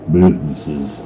businesses